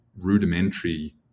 rudimentary